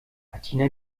martina